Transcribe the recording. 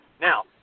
Now